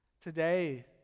Today